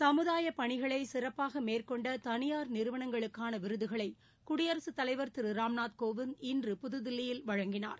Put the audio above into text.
சமுதாயப் பணிகளை சிறப்பாக மேற்கொண்ட தனியார் நிறுவனங்களுக்கான விருதுகளை குடியரசுத் தலைவர் திரு ராம்நாத் கோவிந்த் இன்று புதுதில்லியில் வழங்கினார்